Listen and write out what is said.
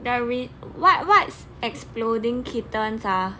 there is what's what's exploding kittens ah